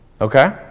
okay